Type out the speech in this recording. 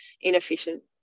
inefficient